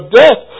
death